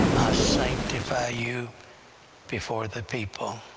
sanctify you before the people.